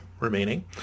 remaining